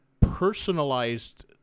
personalized